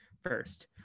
first